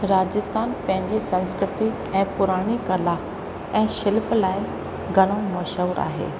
राजस्थान पंहिंजे संस्कृति ऐं पुराणी कला ऐं शिल्प लाइ घणो मशहूरु आहे